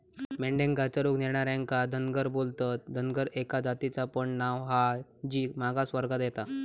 मेंढ्यांका चरूक नेणार्यांका धनगर बोलतत, धनगर एका जातीचा पण नाव हा जी मागास वर्गात येता